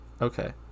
Okay